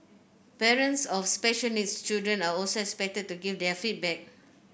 parents of special needs children are also expected to give their feedback